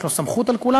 יש לו סמכות על כולם,